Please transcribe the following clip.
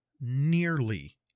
nearly